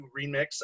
remix